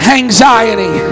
anxiety